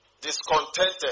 discontented